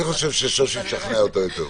אני חושב ששושי תשכנע אותה יותר טוב.